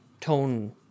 tone